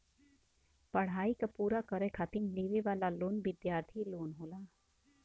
पढ़ाई क पूरा करे खातिर लेवे वाला लोन विद्यार्थी लोन होला